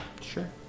Sure